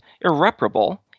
irreparable